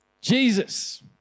Jesus